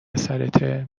سرته